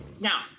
now